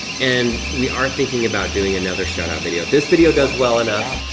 and we are thinking about doing another shout-out video. if this video does well enough,